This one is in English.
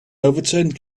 overturned